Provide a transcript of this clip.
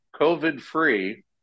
COVID-free